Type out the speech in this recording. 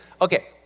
Okay